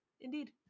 indeed